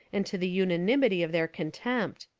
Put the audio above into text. and to the unanimity of their contempt.